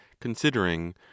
considering